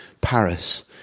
Paris